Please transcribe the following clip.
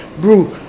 bro